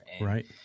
Right